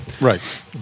Right